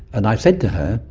and i've said to her,